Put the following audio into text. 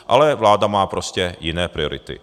Ale vláda má prostě jiné priority.